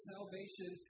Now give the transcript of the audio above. Salvation